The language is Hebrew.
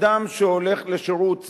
אדם שהולך לשירות צבאי,